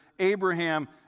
Abraham